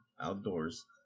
outdoors